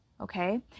Okay